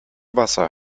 wasser